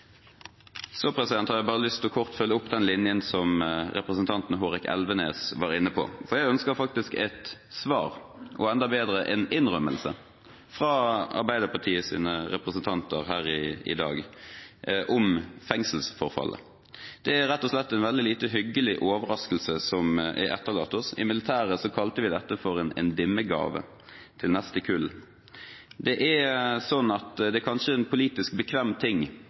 Så har jeg bare lyst til kort å følge opp den linjen som representanten Hårek Elvenes var inne på, for jeg ønsker faktisk et svar – og enda bedre: en innrømmelse – fra Arbeiderpartiets representanter her i dag om fengselsforfallet. Det er rett og slett en veldig lite hyggelig overraskelse som er etterlatt oss. I militæret kalte vi dette for en «dimmegave» til neste kull. Det er kanskje en politisk bekvem ting å skyve vedlikeholdskostnader foran seg – å dytte det